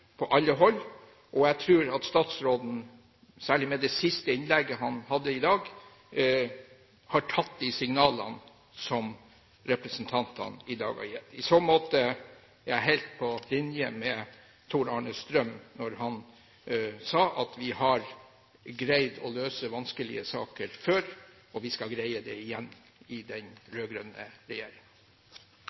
på alle hold. Jeg tror at statsråden, særlig ut fra det siste innlegget han hadde, har tatt de signalene som representantene har gitt i dag. I så måte er jeg helt på linje med Tor-Arne Strøm når han sier at vi har greid å løse vanskelige saker før, og vi skal greie det igjen – i den